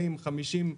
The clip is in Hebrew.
40, 50,